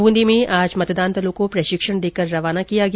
ब्रंदी में आज मतदान दलों को प्रशिक्षण देकर रवाना किया गया